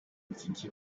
titie